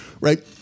right